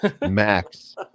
Max